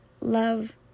love